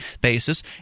basis